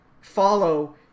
follow